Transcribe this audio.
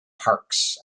parks